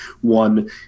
one